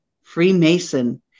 Freemason